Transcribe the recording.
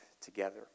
together